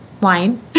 Wine